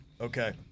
Okay